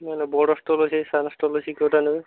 ନା ନା ବଡ଼ ଷ୍ଟଲ୍ ଅଛି ସାନ ଷ୍ଟଲ୍ ଅଛି କେଉଁଟା ନେବେ